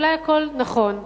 אולי הכול נכון,